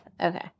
Okay